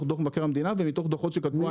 דוח מבקר המדינה ומתוך דוחות שקדמו לכך.